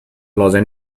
لازم